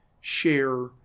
share